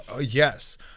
Yes